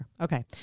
Okay